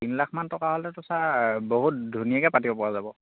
তিন লাখমান টকা হ'লেতো ছাৰ বহুত ধুনীয়াকে পাতিব পৰা যাব